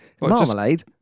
Marmalade